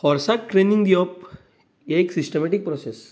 हाॅर्साक training दिवप हें एक सिस्टमॅटीक प्राॅसेस